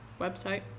Website